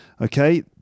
Okay